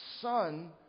Son